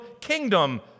kingdom